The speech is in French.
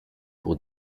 pour